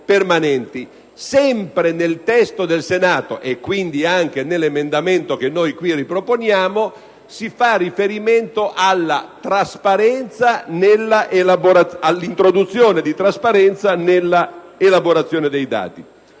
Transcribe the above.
Sempre nel testo del Senato - e quindi anche nell'emendamento che noi qui riproponiamo - si fa riferimento all'introduzione di trasparenza nella elaborazione dei dati.